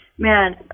Man